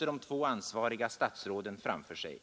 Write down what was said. De två ansvariga statsråden skjuter problemen framför sig.